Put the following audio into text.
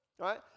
right